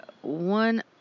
one